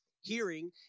hearing